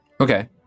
Okay